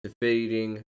defeating